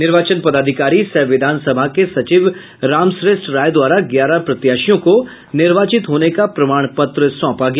निर्वाचन पदाधिकारी सह विधानसभा के सचिव रामश्रेष्ठ राय द्वारा ग्यारह प्रत्याशियों को निर्वाचित होने का प्रमाण पत्र सौंपा गया